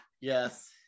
yes